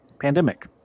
pandemic